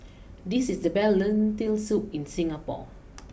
this is the best Lentil Soup in Singapore